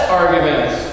arguments